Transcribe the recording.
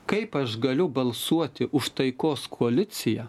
kaip aš galiu balsuoti už taikos koaliciją